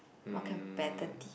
more competitive